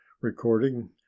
Recording